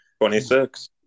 26